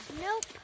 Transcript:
Nope